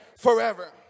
forever